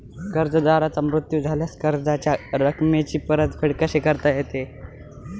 कर्जदाराचा मृत्यू झाल्यास कर्जाच्या रकमेची परतफेड कशी करता येते?